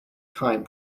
time